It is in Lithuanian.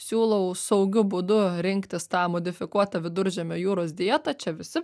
siūlau saugiu būdu rinktis tą modifikuotą viduržemio jūros dietą čia visi